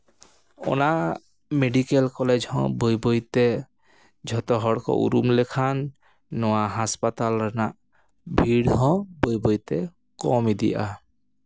ᱚᱱᱟ medical college ᱦᱚᱸ ᱵᱟᱹᱭ ᱵᱟᱹᱭ ᱛᱮ ᱡᱷᱚᱛᱚ ᱦᱚᱲ ᱠᱚ ᱩᱨᱩᱢ ᱞᱮᱠᱷᱟᱱ ᱱᱚᱣᱟ ᱦᱟᱥᱯᱟᱛᱟᱞ ᱨᱮᱱᱟᱜ ᱵᱷᱤᱲ ᱦᱚᱸ ᱵᱟᱹᱭ ᱵᱟᱹᱭ ᱛᱮ ᱠᱚᱢ ᱤᱫᱤᱜᱼᱟ